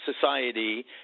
society